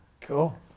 Cool